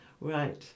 right